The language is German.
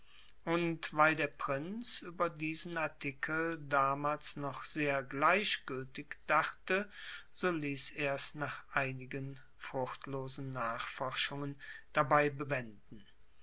und weil der prinz über diesen artikel damals noch sehr gleichgültig dachte so ließ ers nach einigen fruchtlosen nachforschungen dabei bewenden